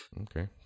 Okay